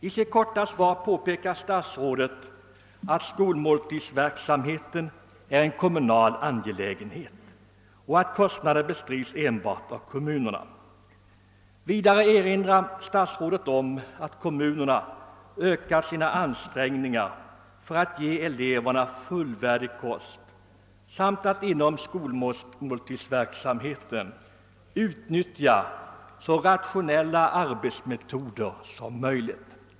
I sitt korta svar påpekade statsrådet att skolmåltidsverksamheten är en kommunal angelägenhet och att kostnaderna bestrids enbart av kommunerna. Vidare erinrar statsrådet om att kommunerna ökat sina ansträngningar för att ge eleverna fullvärdig kost samt att inom skolmåltidsverksamheten utnyttja så rationella arbetsmetoder som möjligt.